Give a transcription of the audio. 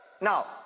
Now